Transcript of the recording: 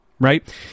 right